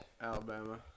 Alabama